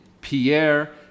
pierre